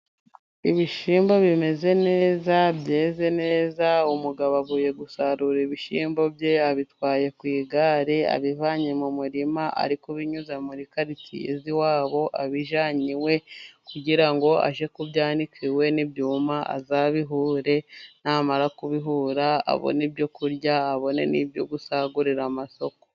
Ibishyimba bimeze neza，byeze neza，umugabo avuye gusarura ibishyimbo bye， abitwaye ku igare， abivanye mu murima， ari kubinyuza muri karitsiye z'iwabo，abijyana iwe，kugira ngo age kubyanika iwe，ni byuma azabihure， namara kubihura abone ibyo kurya， abone n'ibyo gusagurira amasoko.